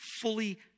fully